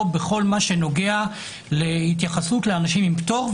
בכל מה שנוגע להתייחסות לאנשים עם פטור.